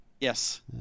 Yes